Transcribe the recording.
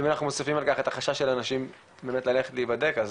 ואם אנחנו מוסיפים על כך את החשש של אנשים ללכת להיבדק אז